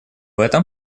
этом